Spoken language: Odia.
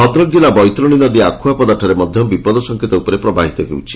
ଭଦ୍ରକ ଜିଲ୍ଲା ବୈତରଣୀ ନଦୀ ଆଖୁଆପଦଠାରେ ମଧ୍ଧ ବିପଦ ସଂକେତ ଉପରେ ପ୍ରବାହିତ ହେଉଛି